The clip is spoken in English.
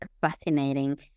fascinating